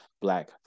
Black